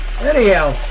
anyhow